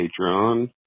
Patreon